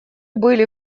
были